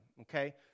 Okay